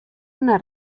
una